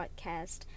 podcast